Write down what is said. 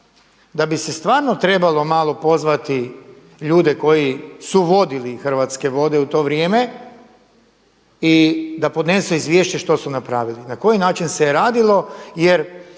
da bi se stvarno trebalo malo pozvati ljude koji su vodili Hrvatske vode u to vrijeme i da podnese izvješće što su napravili, na koji način se je radilo